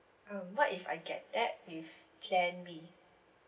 um what if I get that with plan B